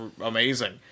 amazing